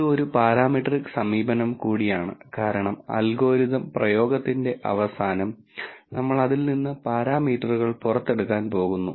ഇത് ഒരു പാരാമെട്രിക് സമീപനം കൂടിയാണ് കാരണം അൽഗോരിതം പ്രയോഗത്തിന്റെ അവസാനം നമ്മൾ അതിൽ നിന്ന് പാരാമീറ്ററുകൾ പുറത്തെടുക്കാൻ പോകുന്നു